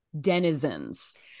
denizens